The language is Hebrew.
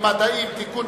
למדעים (תיקון,